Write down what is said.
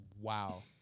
wow